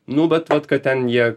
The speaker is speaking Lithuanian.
nu bet ot ką ten jie